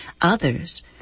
others